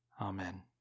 Amen